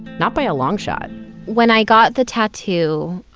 not by a long shot when i got the tattoo,